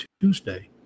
Tuesday